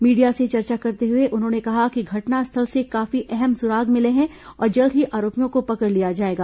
media से चर्चा करते हुए उन्होंने कहा कि घटनास्थल से काफी अहम सुराग मिले हैं और जल्द ही आरोपियों को पकड़ लिया जाएगा